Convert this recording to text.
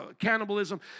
cannibalism